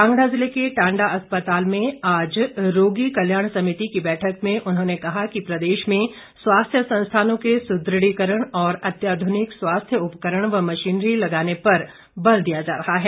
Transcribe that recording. कांगड़ा जिले के टांडा अस्पताल में आज रोगी कल्याण समिति की बैठक में उन्होंने कहा कि प्रदेश में स्वास्थ्य संस्थानों के सुदृढीकरण और अत्याधुनिक स्वास्थ्य उपकरण व मशीनरी लगाने पर बल दिया जा रहा है